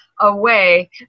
away